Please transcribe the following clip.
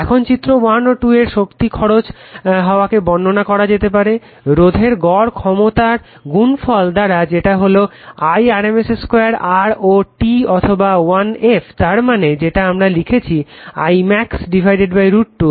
এখন চিত্র 1 ও 2 এর শক্তি খরচ হওয়াকে বর্ণনা করা যেতে পারে রোধের গড় ক্ষমতার গুণফল দ্বারা যেটা হলো I rms 2 r ও T অথবা 1 f তার মানে যেটা আমারা লিখছি I max √2